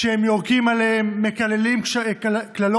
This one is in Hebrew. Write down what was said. כשהם יורקים עליהן, מקללים קללות